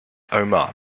omer